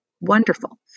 wonderful